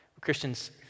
Christians